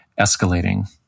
escalating